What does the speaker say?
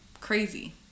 crazy